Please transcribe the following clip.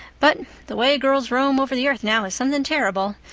but the way girls roam over the earth now is something terrible.